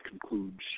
concludes